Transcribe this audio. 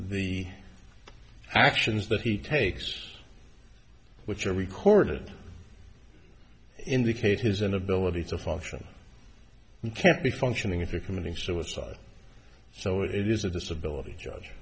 the actions that he takes which are recorded indicate his inability to function you can't be functioning if you're committing suicide so it is a disability judge